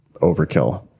overkill